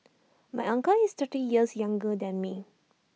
my uncle is thirty years younger than me